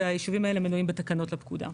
והיישובים האלה מנויים בתקנות לפקודה.